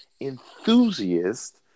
enthusiast